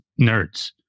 nerds